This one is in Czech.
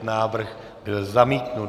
Návrh byl zamítnut.